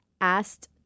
asked